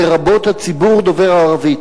לרבות הציבור דובר הערבית,